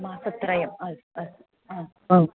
मासत्रयम् अस्तु अस्तु अ